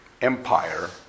Empire